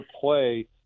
play